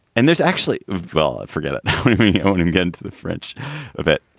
and there's actually well, forget it you know and and get to the french of it.